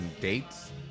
dates